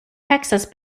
texas